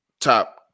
top